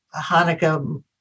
Hanukkah